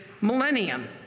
millennium